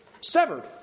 severed